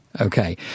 Okay